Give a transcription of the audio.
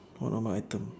what normal item